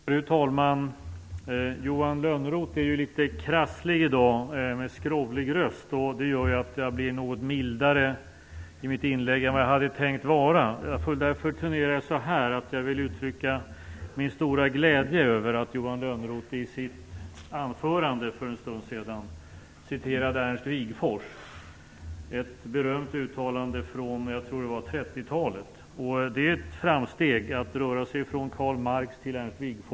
Fru talman! Johan Lönnroth är litet krasslig i dag med skrovlig röst. Det gör att jag blir något mildare i mitt inlägg än vad jag hade tänkt vara. Jag vill uttrycka min stora glädje över att Johan Lönnroth i sitt anförande för en stund sedan citerade Ernst Wigforss, ett berömt uttalande från 30-talet, tror jag. Det är ett framsteg att röra sig från Karl Marx till Ernst Wigforss.